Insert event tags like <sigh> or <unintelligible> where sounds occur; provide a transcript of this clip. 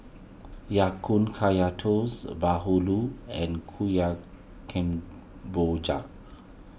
Ya Kun Kaya Toast Bahulu and <unintelligible> Kemboja